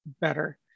better